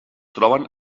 troben